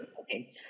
okay